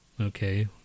Okay